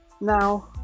Now